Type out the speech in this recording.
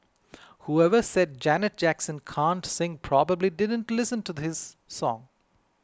whoever said Janet Jackson can't sing probably didn't listen to this song